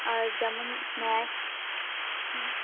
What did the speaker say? আর যেমন স্ন্যাক্স হুম